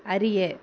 அறிய